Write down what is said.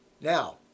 Now